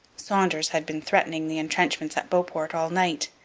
saunders had been threatening the entrenchments at beauport all night,